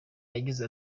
yagize